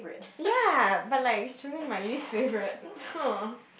ya but like it's really my least favourite